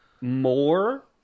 more